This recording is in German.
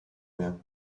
mehr